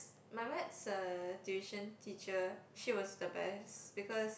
my maths uh tuition teacher she was the best because